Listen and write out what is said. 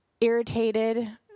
irritated